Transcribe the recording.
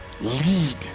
Lead